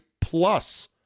plus